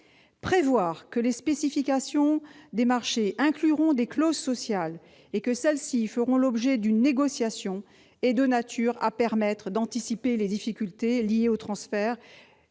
Prévoir que les spécifications des marchés incluront des clauses sociales et que celles-ci feront l'objet d'une négociation permettra d'anticiper les difficultés liées aux transferts